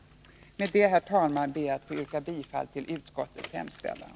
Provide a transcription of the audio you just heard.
Med det, herr talman, ber jag att få yrka bifall till utskottets hemställan.